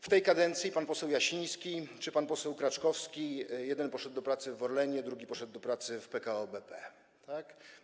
W tej kadencji pan poseł Jasiński czy pan poseł Kraczkowski - jeden poszedł do pracy w Orlenie, drugi poszedł do pracy w PKO BP, tak?